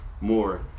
more